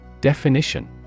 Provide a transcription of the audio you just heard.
Definition